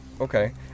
Okay